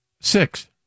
Six